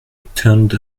turned